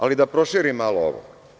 Ali da proširim malo ovo.